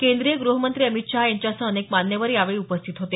केंद्रीय गृहमंत्री अमित शहा यांच्यासह अनेक मान्यवर यावेळी उपस्थित होते